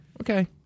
Okay